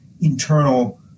internal